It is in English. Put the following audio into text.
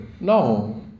no